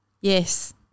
yes